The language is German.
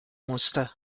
musste